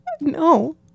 No